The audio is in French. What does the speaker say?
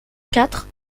quatre